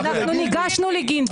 אנחנו ניגשנו לגינדי.